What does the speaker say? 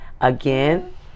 again